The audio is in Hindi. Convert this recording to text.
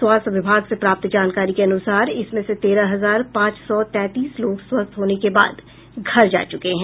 स्वास्थ्य विभाग से प्राप्त जानकारी के अनुसार इसमें से तेरह हजार पांच सौ तैंतीस लोग स्वस्थ होने के बाद घर जा चुके हैं